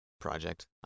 project